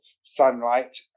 sunlight